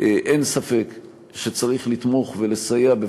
אין ספק שצריך לתמוך ולסייע כל הזמן,